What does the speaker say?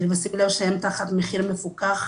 ושימי לב שהם תחת מחיר מפוקח,